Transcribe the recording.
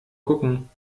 gucken